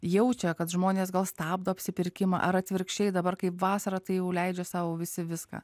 jaučia kad žmonės gal stabdo apsipirkimą ar atvirkščiai dabar kaip vasara tai jau leidžia sau visi viską